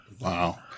Wow